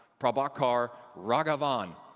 prabhakar raghavan!